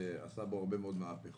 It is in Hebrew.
שעשה בו הרבה מאוד מהפכות,